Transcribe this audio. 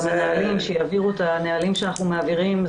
המנהלים שיעבירו את הנהלים שאנחנו מעבירים.